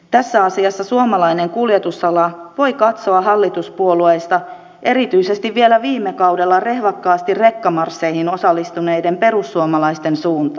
tässä asiassa suomalainen kuljetusala voi katsoa hallituspuolueista erityisesti vielä viime kaudella rehvakkaasti rekkamarsseihin osallistuneiden perussuomalaisten suuntaan